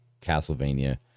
castlevania